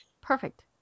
Perfect